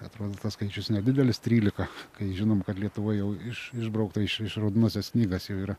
atrodo tas skaičius nedidelis trylika kai žinom kad lietuvoj jau iš išbraukta iš iš raudonosios knygos jau yra